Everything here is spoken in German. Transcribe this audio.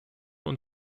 und